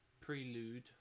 Prelude